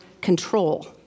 control